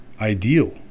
ideal